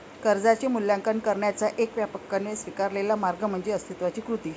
कर्जाचे मूल्यांकन करण्याचा एक व्यापकपणे स्वीकारलेला मार्ग म्हणजे अस्तित्वाची कृती